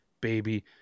baby